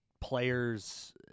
Players